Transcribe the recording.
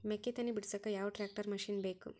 ಮೆಕ್ಕಿ ತನಿ ಬಿಡಸಕ್ ಯಾವ ಟ್ರ್ಯಾಕ್ಟರ್ ಮಶಿನ ಬೇಕು?